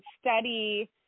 study